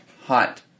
hot